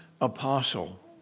apostle